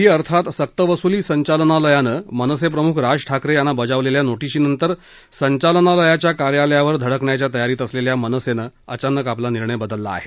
ED अर्थात सक्त वसूली संचालनालयानं मनसेप्रमुख राज ठाकरे यांना बजावलेल्या नोटीशीनंतर संचालनालयाच्या कार्यालयावर धडकण्याच्या तयारीत असलेल्या मनसेनं अचानक आपला निर्णय बदलला आहे